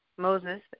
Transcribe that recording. Moses